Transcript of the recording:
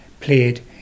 played